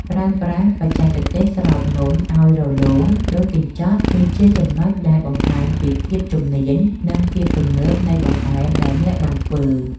ប្រើប្រាស់បច្ចេកទេសស្រោបនំឱ្យរលោងដូចកញ្ចក់ គឺជាចំណុចដែលបង្ហាញពីភាពជំនាញ និងភាពទំនើបនៃបង្អែមដែលអ្នកបានធ្វើ។